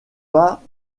pas